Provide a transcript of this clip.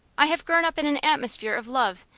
i have grown up in an atmosphere of love,